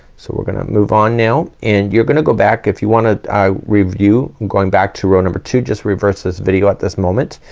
so we're gonna move on now, and you're gonna go back if you wanna ah review, going back to row number two, just reverse this video at this moment.